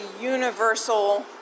universal